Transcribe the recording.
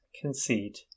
conceit